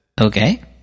Okay